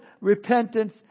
repentance